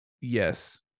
Yes